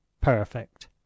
perfect